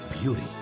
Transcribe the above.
beauty